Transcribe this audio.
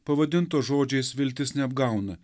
pavadinto žodžiais viltis neapgauna